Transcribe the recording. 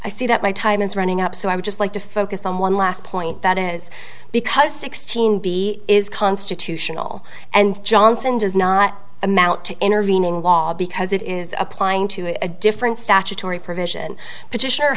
i see that my time is running up so i would just like to focus on one last point that is because sixteen b is constitutional and johnson does not amount to intervening in law because it is applying to a different statutory provision